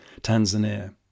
Tanzania